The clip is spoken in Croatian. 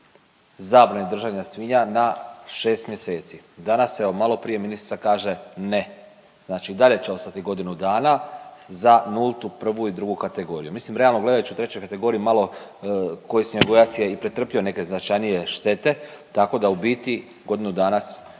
zabrane držanja svinja na šest mjeseci. I danas se, evo malo prije ministrica kaže ne. Znači i dalje će ostati godinu dana za nultu, prvu i drugu kategoriju. Mislim realno gledajući u trećoj kategoriji malo koji svinjogojac je i pretrpio neke značajnije štete, tako da u biti godinu dana